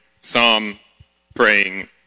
psalm-praying